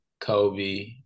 Kobe